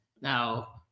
now